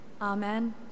Amen